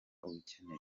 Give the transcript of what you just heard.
ukeneye